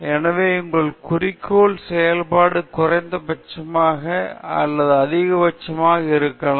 எனவே உங்கள் குறிக்கோள் செயல்பாடு குறைந்தபட்சமாக அல்லது அதிகபட்சமாக இருக்கலாம்